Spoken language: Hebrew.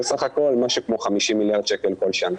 בסך הכול משהו כמו 50 מיליארד שקל כל שנה.